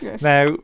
Now